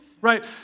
Right